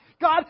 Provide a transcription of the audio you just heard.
God